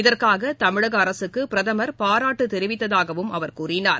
இதற்காகதமிழகஅரசுக்குபிரதமர் பாராட்டுதெரிவித்ததாகவும் அவர் கூறினார்